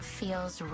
feels